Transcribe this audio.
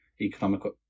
economical